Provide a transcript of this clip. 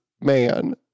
man